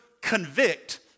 convict